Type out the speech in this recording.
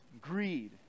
greed